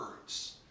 words